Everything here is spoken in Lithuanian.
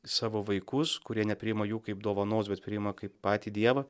savo vaikus kurie nepriima jų kaip dovanos bet priima kaip patį dievą